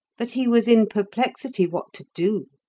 but he was in perplexity what to do,